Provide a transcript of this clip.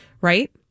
Right